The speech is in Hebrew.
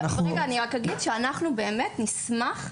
אנחנו נשמח לסייע.